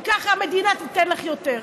כי ככה המדינה תיתן לך יותר.